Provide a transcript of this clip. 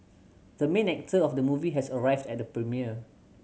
the main actor of the movie has arrived at the premiere